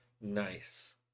Nice